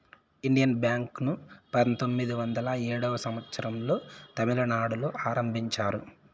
Indian bank ను పంతొమ్మిది వందల ఏడో సంవచ్చరం లో తమిళనాడులో ఆరంభించారు